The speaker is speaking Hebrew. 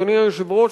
אדוני היושב-ראש,